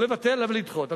לא לבטל, אבל לדחות.